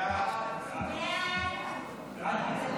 סעיף 1